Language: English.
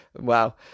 Wow